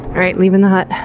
right, leaving the hut.